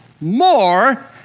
more